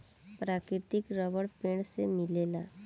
प्राकृतिक रबर पेड़ से मिलेला